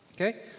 Okay